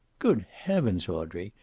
good heavens, audrey.